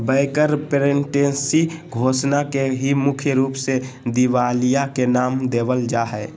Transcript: bankruptcy घोषणा के ही मुख्य रूप से दिवालिया के नाम देवल जा हय